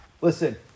listen